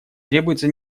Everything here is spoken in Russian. требуется